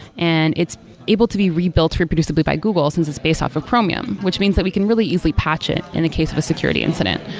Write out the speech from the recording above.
and it's able to be rebuilt reproducibly by google, since it's based off of chromium, which means that we can really easily patch it in a case of a security incident,